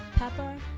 pepper,